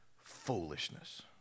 foolishness